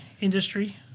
industry